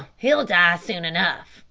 he'll die soon enough,